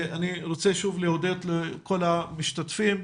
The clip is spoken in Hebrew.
אני רוצה שוב להודות לכל המשתתפים.